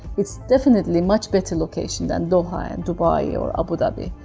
is definitely much better location than doha and dubai, yeah or abu dhabi,